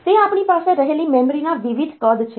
તે આપણી પાસે રહેલી મેમરીના વિવિધ કદ છે